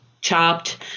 Chopped